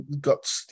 got